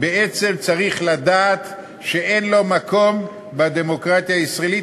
בעצם צריך לדעת שאין לו מקום בדמוקרטיה הישראלית,